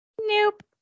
Nope